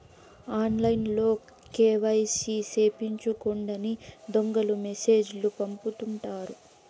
ఆన్లైన్లో కేవైసీ సేపిచ్చుకోండని దొంగలు మెసేజ్ లు పంపుతుంటారు